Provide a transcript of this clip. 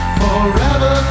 forever